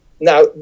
Now